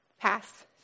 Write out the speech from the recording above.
pass